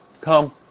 Come